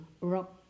Rock